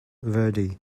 verdi